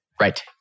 Right